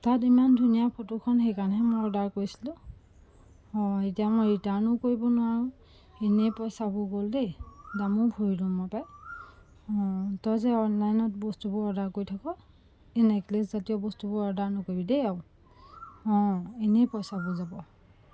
তাত ইমান ধুনীয়া ফটোখন সেইকাৰণেহে মই অৰ্ডাৰ কৰিছিলোঁ অঁ এতিয়া মই ৰিটাৰ্ণো কৰিব নোৱাৰোঁ এনেই পইচাবোৰ গ'ল দেই দামো ভৰিলোঁ মই পাই অঁ তই যে অনলাইনত বস্তুবোৰ অৰ্ডাৰ কৰি থাক এই নেকলেছজাতীয় বস্তুবোৰ অৰ্ডাৰ নকৰিবি দেই আৰু অঁ এনেই পইচাবোৰ যাব